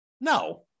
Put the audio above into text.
No